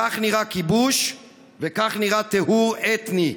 כך נראה כיבוש וכך נראה טיהור אתני: